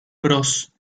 bros